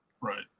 Right